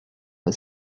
for